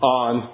on